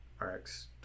RX